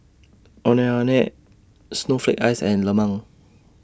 Ondeh Ondeh Snowflake Ice and Lemang